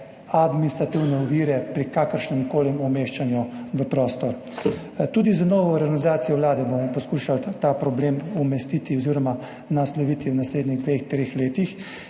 administrativne ovire pri kakršnemkoli umeščanju v prostor. Tudi z novo organizacijo Vlade bomo poskušali ta problem umestiti oziroma nasloviti v naslednjih dveh, treh letih,